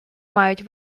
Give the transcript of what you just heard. мають